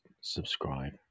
subscribe